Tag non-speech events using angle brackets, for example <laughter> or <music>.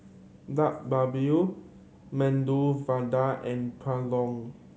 Dak <unintelligible> Medu Vada and Pulao